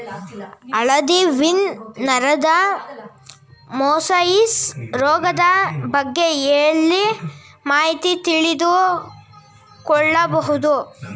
ಹಳದಿ ವೀನ್ ನರದ ಮೊಸಾಯಿಸ್ ರೋಗದ ಬಗ್ಗೆ ಎಲ್ಲಿ ಮಾಹಿತಿ ತಿಳಿದು ಕೊಳ್ಳಬಹುದು?